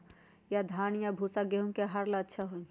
या धान के भूसा पशु के आहार ला अच्छा होई?